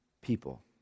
people